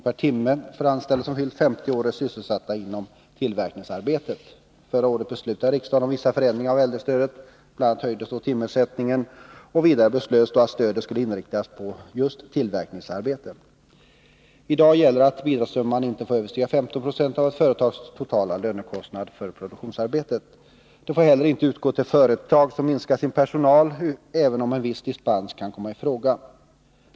per timme för anställda som har fyllt 50 år och är sysselsatta inom tillverkningsarbetet. Förra året beslutade riksdagen om vissa förändringar av äldrestödet. Bl. a. höjdes timersättningen. Vidare beslöts att stödet skulle inriktas på just tillverkningsarbete. I dag gäller att bidragssumman inte får överstiga 15 26 av ett företags totala lönekostnad för produktionsarbete, det får inte heller utgå till företag som minskar sin personal, även om en viss dispens kan komma i fråga.